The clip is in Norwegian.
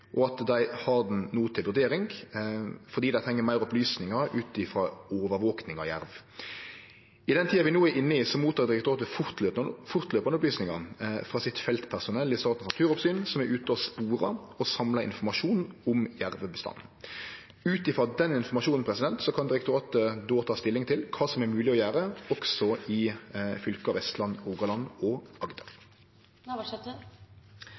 og at dei no har han til vurdering, fordi dei treng meir opplysningar ut frå overvaking av jerv. I den tida vi no er inne i, får direktoratet fortløpande opplysningar frå feltpersonellet sitt i Statens naturoppsyn som er ute og sporar og samlar informasjon om jervebestanden. Ut frå den informasjonen kan direktoratet då ta stilling til kva som er mogleg å gjere, også i fylka Vestland, Rogaland og